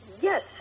Yes